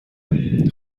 نمی